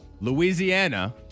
Louisiana